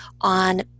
on